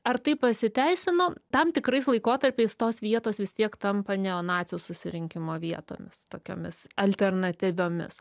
ar tai pasiteisino tam tikrais laikotarpiais tos vietos vis tiek tampa neonacių susirinkimo vietomis tokiomis alternatyviomis